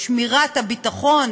שמירת הביטחון